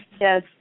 Yes